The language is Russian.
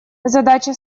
задача